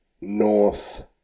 North